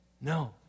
No